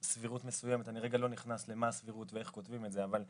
סבירות מסוימת אני לא נכנס למה הסבירות ואיך כותבים את זה אבל שהמדינה,